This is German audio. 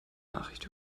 nachricht